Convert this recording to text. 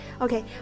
Okay